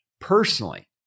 personally